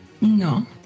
No